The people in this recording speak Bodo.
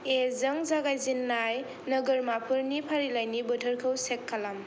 ए जों जागायजेननाय नोगोरमाफोरनि फारिलाइनि बोथोरखौ चेक खालाम